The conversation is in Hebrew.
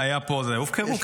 הם לא הופקרו.